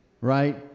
right